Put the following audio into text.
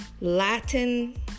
Latin